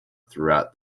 throughout